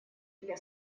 для